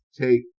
Take